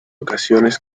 ocasiones